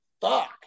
fuck